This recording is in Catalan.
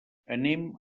anem